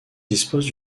dispose